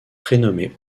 prénommé